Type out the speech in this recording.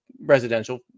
residential